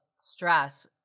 stress